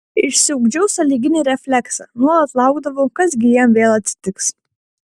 išsiugdžiau sąlyginį refleksą nuolat laukdavau kas gi jam vėl atsitiks